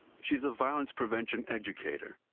she's a violence prevention educator,